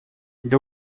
для